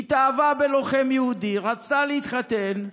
התאהבה בלוחם יהודי, רצתה להתחתן,